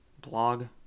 blog